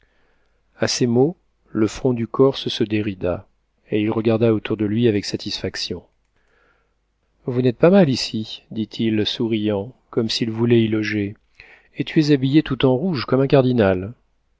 a ces mots le front du corse se dérida et il regarda autour de lui avec satisfaction vous n'êtes pas mal ici dit-il en souriant comme s'il voulait y loger et tu es habillé tout en rouge comme un cardinal